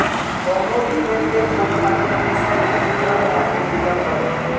कवनो भी लेन देन होत बाटे उ सब के सूचना मोबाईल में मिलत हवे